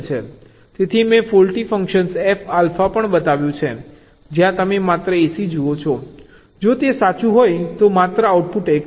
તેથી મેં faulty function f alpha પણ બતાવ્યું છે જ્યાં તમે માત્ર ac જુઓ છો જો તે સાચું હોય તો માત્ર આઉટપુટ 1 છે